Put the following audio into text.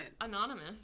anonymous